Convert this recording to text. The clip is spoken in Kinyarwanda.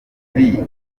lee